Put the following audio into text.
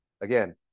again